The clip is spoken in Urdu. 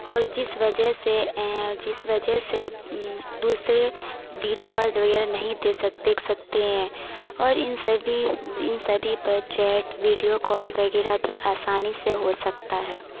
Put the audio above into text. اور جس وجہ سے جس وجہ سے دوسرے ویڈیو وغیرہ نہیں دے سکتے دیکھ سکتے ہیں اور ان سبھی ان سبھی پر چیٹ ویڈیو کال وغیرہ بھی آسانی سے ہو سکتا ہے